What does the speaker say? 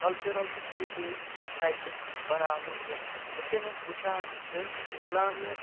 cultural تہٕ heritage سایٹہٕ بناونہٕ یِنہٕ یِتھٕ کٔنۍ أسۍ وُچھان چھِ اِسلامِک